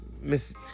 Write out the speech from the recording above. Miss